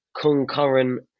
concurrent